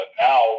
now